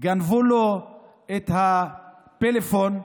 גנבו לו את הפלאפון.